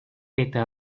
eta